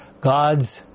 God's